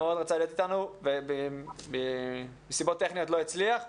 מאוד רצה להיות איתנו ומסיבות טכניות לא הצליח,